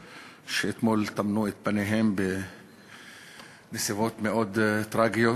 שאתמול טמנו את בניהן בנסיבות מאוד טרגיות.